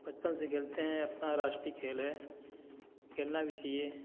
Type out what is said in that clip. बचपन से खेलते हैं अपना राष्ट्रीय खेल है खेलना भी चाहिए